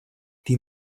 die